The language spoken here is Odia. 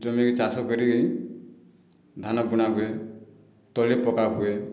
ଜମିରେ ଚାଷ କରି ଧାନ ବୁଣା ହୁଏ ତଳି ପକା ହୁଏ